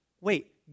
wait